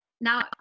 now